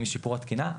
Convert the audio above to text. אם מישהו פורט תקינה,